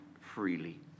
freely